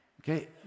okay